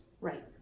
Right